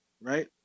right